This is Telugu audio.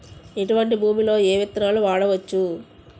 ఎటువంటి భూమిలో ఏ విత్తనాలు వాడవచ్చు?